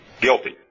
Guilty